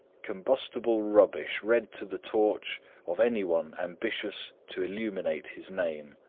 combustible rubbish ready to the torch of any one ambitious to illuminate his name.